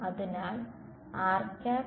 അതിനാൽ